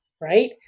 right